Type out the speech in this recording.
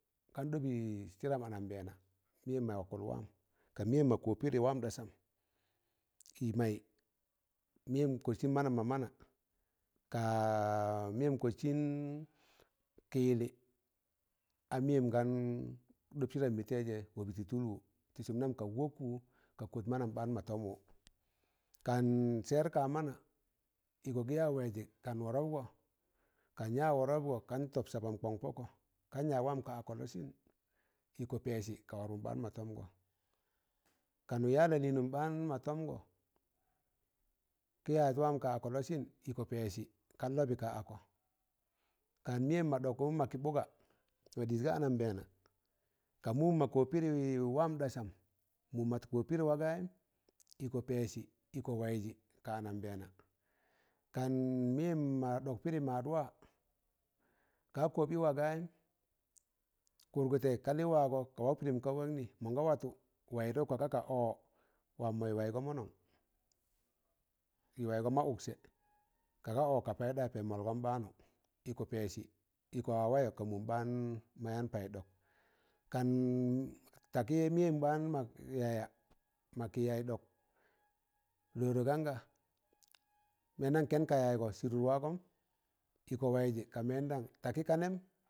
Kan ɗọbị sịdam anabẹẹna mịyẹm mọ wakụl wam ka mịyẹm mọ kọb pịrị yaz wam ɗasam, ị maị meyẹn kọt sịn manam mọ mana, kaa mẹyen kọtsịn kị yịllị, a mịyẹm gan ɗọb sịdam mị taịzẹ wọbị tị tụl wụ, tị sụm nam ka wọkwụ ka kọt manam ɓaan ma tọm wụ kan sẹẹr ka mana ịkọ gịya waịzị kan wọrọpgọ kanya wọrọpgọ kan tọb sabam kọn pọkọ kan ya wam ka akọ lọsịn iko pesi ka woropun baan mo tomgo kan ya lalịịnnụm ɓaan ma tọngọ, kị yaz wam ka ọkọ lọsịn ịkọ pesị kan lọbị ka akọ kan mịyẹm ma ɗọgoṇ ma kị ɓụga ma dịz ga anambẹẹna ka mumn ma kọb pịrị wam ɗasa mụm ma ma kọb pịrị wa gayịm ịkọ pẹsị ịkọ waịzị ka anambẹẹna kan mịyẹm ma wa ɗọk pịrị maadwa ka kọb ị wa gayịm, kụrgụtẹ ga lị wagọ ka wak pịrịm ga waknị mọn gawatụ waịdụkkọ ka ka ọ wam mọị waịgọ mọnọm yị waịgọ ma ụksẹ, kaga ọ ka paịdayị pẹm mọlgọn ɓaanụ ịkọ pẹsị ịkọ wa wayọ ka mụm ɓaan ma yaan payị ɗọk kan takị mịnyẹm ɓaan makị yaya makị yayị ɗọk rọrọ ganga mẹndan kẹn ka yaịgọ sịrụt wagọn ịkọ waịzị, ka mẹndam takị ka nẹm,